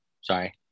sorry